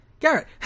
Garrett